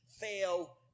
fail